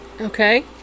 okay